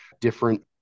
different